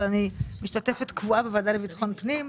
אבל אני משתתפת קבועה בוועדה לביטחון פנים.